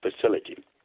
facility